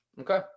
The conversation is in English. Okay